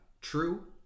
true